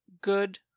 good